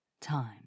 time